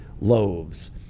loaves